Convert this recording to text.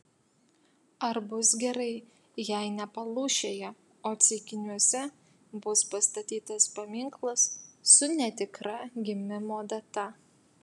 ar bus gerai jei ne palūšėje o ceikiniuose bus pastatytas paminklas su netikra gimimo data